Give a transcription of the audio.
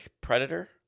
predator